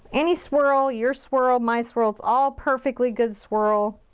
any swirl. your swirl, my swirl. it's all perfectly good swirl.